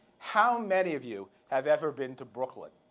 how many of you have ever been to brooklyn?